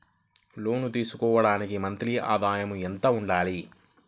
లోను తీసుకోవడానికి మంత్లీ ఆదాయము ఎంత ఉండాలి?